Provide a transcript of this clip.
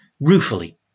Ruefully